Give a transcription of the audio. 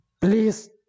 please